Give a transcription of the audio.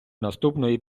наступної